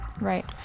Right